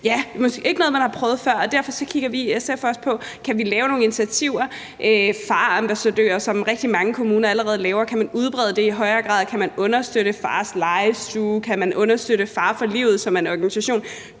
er ikke noget, man har prøvet før, og derfor kigger vi i SF også på, om vi kan lave nogle initiativer, f.eks. farambassadører, som er noget, rigtig mange kommuner allerede bruger. Kan man udbrede det i højere grad? Kan man understøtte Fars Legestue? Kan man understøtte Far for livet, som er en organisation?